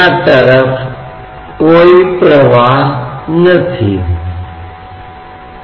इस द्रव का कोई त्वरण नहीं है यह पूर्ण स्थिरता के अधीन है